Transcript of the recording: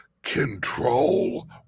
control